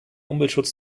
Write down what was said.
umweltschutz